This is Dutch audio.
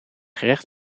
gerecht